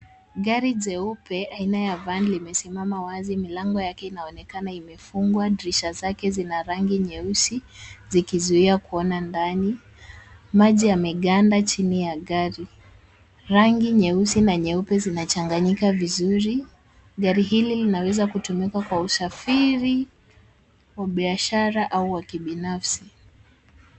Gari jeupe aina ya van limesimama wazi. Milango yake inaonekana imefungwa. Dirisha zake zina rangi nyeusi zikizuia kuona ndani. Maji yameganda chini ya gari. Rangi nyeusi na nyeupe zinachanganyika vizuri. Gari hili linaweza kutumika kwa usafiri wa biashara au wa kibinafsi.